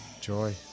Joy